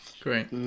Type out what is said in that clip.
Great